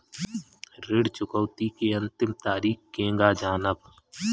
ऋण चुकौती के अंतिम तारीख केगा जानब?